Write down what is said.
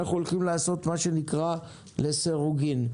אנחנו הולכים לעשות מה שנקרא, לסירוגין.